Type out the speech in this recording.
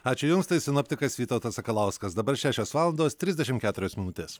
ačiū jums tai sinoptikas vytautas sakalauskas dabar šešios valandos trisdešim keturios minutės